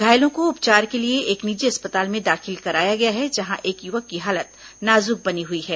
घायलों को उपचार के लिए एक निजी अस्पताल में दाखिल कराया गया है जहां एक युवक की हालत नाजुक बनी हुई है